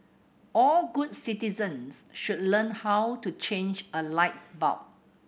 all good citizens should learn how to change a light bulb